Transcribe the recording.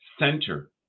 center